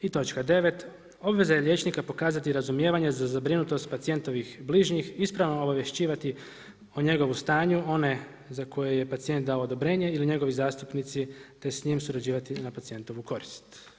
I točka 9. obveza je liječnika pokazati razumijevanje za zabrinutost pacijentovih bližnjih, ispravno obavješćivati o njegovu stanju one za koje je pacijent dao odobrenje ili njegovi zastupnici, te s njim surađivati na pacijentovu korist.